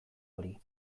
hori